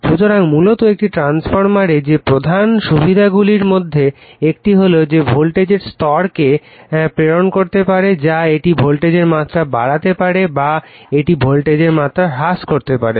সুতরাং মূলত একটি ট্রান্সফরমারে যে প্রধান সুবিধাগুলির মধ্যে একটি হল যে এটি ভোল্টেজের স্তরকে প্রেরণ করতে পারে যা এটি ভোল্টেজের মাত্রা বাড়াতে পারে বা এটি ভোল্টেজের মাত্রা হ্রাস করতে পারে